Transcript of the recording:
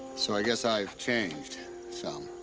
so i guess i've changed so